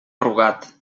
rugat